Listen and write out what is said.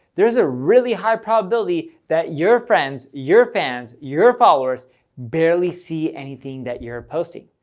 there's a really high probability that your friends, your fans, your followers barely see anything that you're posting.